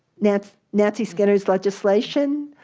nancy nancy skinner's legislation.